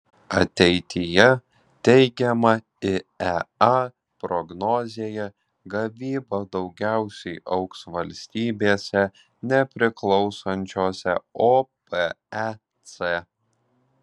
ateityje teigiama iea prognozėje gavyba daugiausiai augs valstybėse nepriklausančiose opec